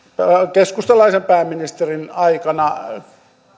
keskustalaisen pääministerin aikana